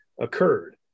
occurred